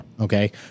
Okay